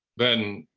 then,